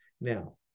now